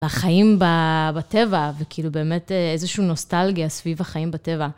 לחיים בטבע, וכאילו באמת איזושהי נוסטלגיה סביב החיים בטבע.